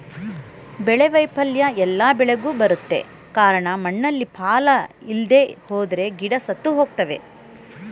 ಬೆಳೆ ವೈಫಲ್ಯ ಎಲ್ಲ ಬೆಳೆಗ್ ಬರುತ್ತೆ ಕಾರ್ಣ ಮಣ್ಣಲ್ಲಿ ಪಾಲ ಇಲ್ದೆಹೋದ್ರೆ ಗಿಡ ಸತ್ತುಹೋಗ್ತವೆ